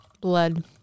Blood